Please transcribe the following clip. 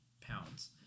pounds